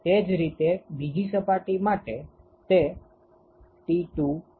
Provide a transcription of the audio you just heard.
તે જ રીતે બીજી સપાટી માટે તે T2 A2 અને 𝜀2 છે